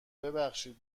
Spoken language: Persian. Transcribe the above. ببخشید